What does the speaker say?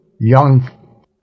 young